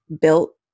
built